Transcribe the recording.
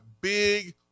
big